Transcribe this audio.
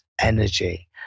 energy